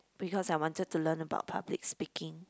because I wanted to learn about public speaking